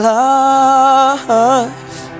life